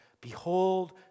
Behold